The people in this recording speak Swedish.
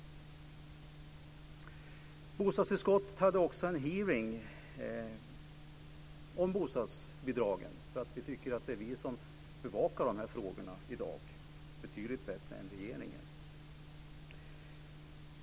Bostadsutskottet hade också en hearing om bostadsbidragen, för att vi tycker att det i dag är vi som bevakar de här frågorna betydligt bättre än regeringen.